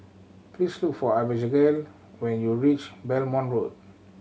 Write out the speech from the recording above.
please look for Abbigail when you reach Belmont Road